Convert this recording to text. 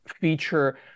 feature